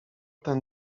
ten